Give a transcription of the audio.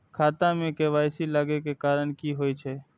खाता मे के.वाई.सी लागै के कारण की होय छै?